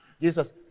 Jesus